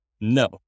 No